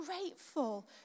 grateful